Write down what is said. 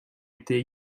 été